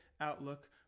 outlook